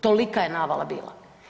Tolika je navala bila.